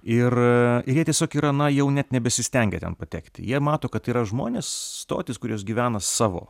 ir ir jie tiesiog yra na jau net nebesistengia ten patekti jie mato kad tai yra žmonės stotys kurios gyvena savo